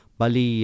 bali